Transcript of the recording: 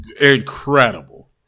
incredible